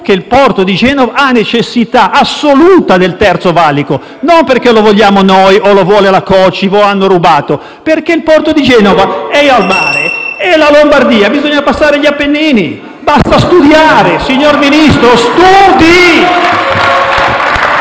che il porto di Genova ha necessità assoluta del Terzo valico. Non perché lo vogliamo noi, o perché lo vuole la COCIV, o perché hanno rubato, ma perché il porto di Genova è al mare e per arrivare in Lombardia bisogna passare gli Appennini. Basta studiare, signor Ministro. Studi!